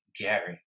Gary